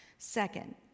Second